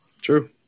True